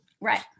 Right